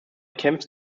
kämpfte